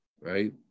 right